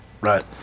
Right